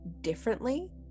differently